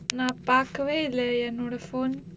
நா பாக்கவே இல்ல என்னோட:naa pakkavae illa ennoda phone